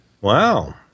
Wow